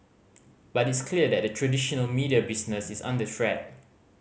but it's clear that the traditional media business is under threat